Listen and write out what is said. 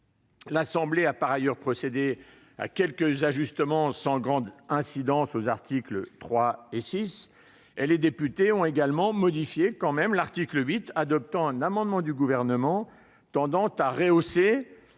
Elle a par ailleurs procédé à quelques ajustements sans grande incidence aux articles 3 et 6. Les députés ont également modifié l'article 8, en adoptant un amendement du Gouvernement tendant à rehausser